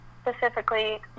specifically